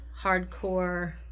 hardcore